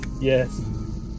yes